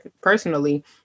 personally